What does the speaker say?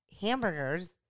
hamburgers